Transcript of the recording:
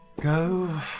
Go